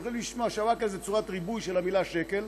שוואכל זאת צורת ריבוי של המילה שקל.